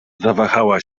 zawahała